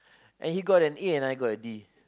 and he got an A and I got a D